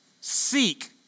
seek